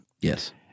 Yes